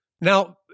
Now